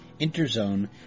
Interzone